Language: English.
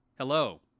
Hello